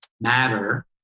matter